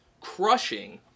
crushing